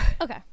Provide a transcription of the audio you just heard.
Okay